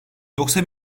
yoksa